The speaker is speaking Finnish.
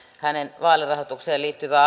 hänen toista vaalirahoitukseen liittyvää